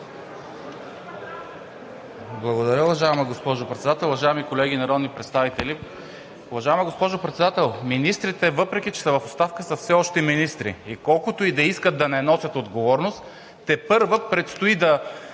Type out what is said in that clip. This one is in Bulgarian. Благодаря, уважаема госпожо Председател. Уважаеми колеги народни представители! Уважаема госпожо Председател, министрите, въпреки че са в оставка, са все още министри и колкото и да искат да не носят отговорност, тепърва предстои да